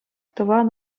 тӑван